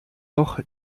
noch